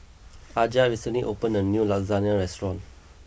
Aja recently opened a new Lasagne restaurant